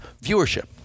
Viewership